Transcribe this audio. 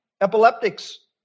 epileptics